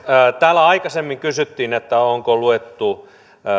täällä aikaisemmin kysyttiin onko luettu